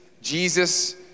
Jesus